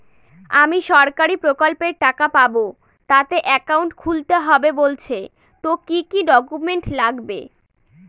আমি সরকারি প্রকল্পের টাকা পাবো তাতে একাউন্ট খুলতে হবে বলছে তো কি কী ডকুমেন্ট লাগবে?